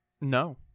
No